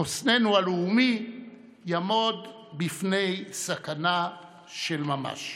חוסננו הלאומי יעמוד בפני סכנה של ממש.